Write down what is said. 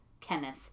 Kenneth